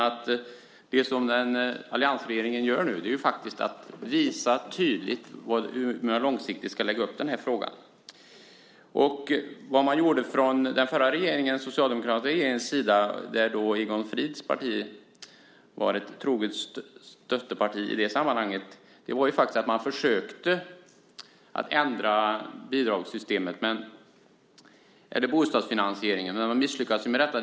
Nu visar alliansregeringen tydligt hur man långsiktigt ska lägga upp den här frågan. Den förra socialdemokratiska regeringen, där Egon Frids parti var ett troget stödparti, försökte ändra bostadsfinansieringen, men man misslyckades med detta.